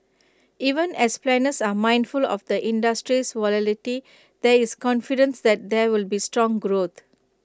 even as planners are mindful of the industry's volatility there is confidence that there will be strong growth